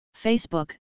Facebook